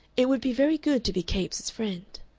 it would be very good to be capes' friend.